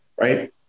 right